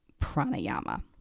pranayama